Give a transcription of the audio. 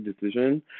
decision